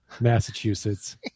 Massachusetts